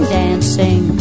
dancing